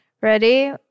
Ready